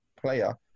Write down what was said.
player